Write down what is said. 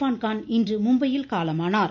பான்கான் இன்று மும்பையில் காலமானார்